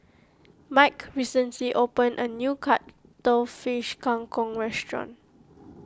Mike recently opened a new Cuttlefish Kang Kong restaurant